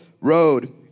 road